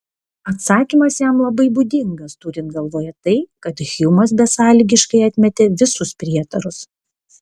atsakymas jam labai būdingas turint galvoje tai kad hjumas besąlygiškai atmetė visus prietarus